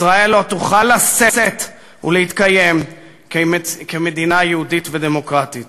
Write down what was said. ישראל לא תוכל לשאת ולהתקיים כמדינה יהודית ודמוקרטית.